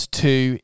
two